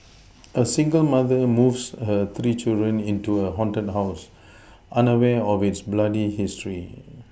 a single mother moves her three children into a haunted house unaware of its bloody history